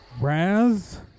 Raz